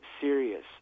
serious